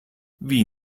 wie